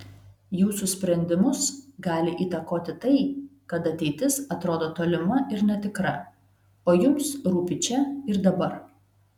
jūsų sprendimus gali įtakoti tai kad ateitis atrodo tolima ir netikra o jums rūpi čia ir dabar